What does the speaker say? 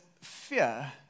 fear